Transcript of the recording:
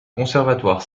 conservatoire